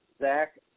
Zach